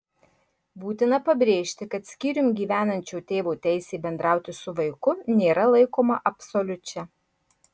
būtina pabrėžti kad skyrium gyvenančio tėvo teisė bendrauti su vaiku nėra laikoma absoliučia